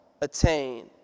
attain